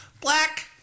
Black